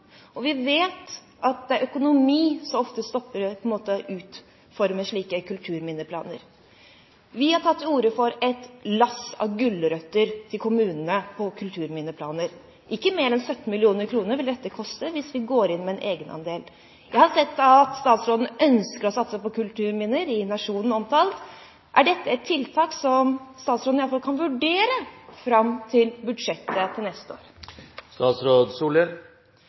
og vi vet at det ofte er økonomi som stopper det å utforme slike kulturminneplaner. Vi har tatt til orde for et lass med gulrøtter til kommunene når det gjelder kulturminneplaner. Dette vil ikke koste mer enn 17 mill. kr hvis vi går inn med en egenandel. Jeg har sett omtalt i Nationen at statsråden ønsker å satse på kulturminner. Er dette et tiltak statsråden i hvert fall kan vurdere fram til budsjettet for neste